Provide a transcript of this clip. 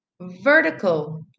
Vertical